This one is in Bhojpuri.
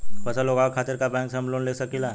फसल उगावे खतिर का बैंक से हम लोन ले सकीला?